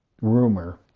rumor